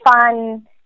fun